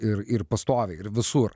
ir ir pastoviai ir visur